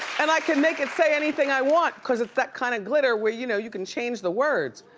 and i can make it say anything i want cause it's that kind of glitter where you know you can change the words.